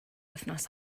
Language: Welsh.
wythnos